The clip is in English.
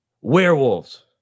werewolves